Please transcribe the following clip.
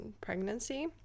pregnancy